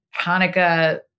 Hanukkah